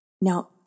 Now